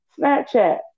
Snapchat